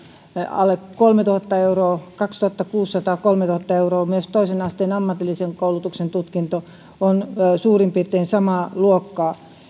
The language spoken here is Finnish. alle kolmetuhatta euroa kaksituhattakuusisataa viiva kolmetuhatta euroa myös toisen asteen ammatillisen koulutuksen tutkinto on suurin piirtein samaa luokkaa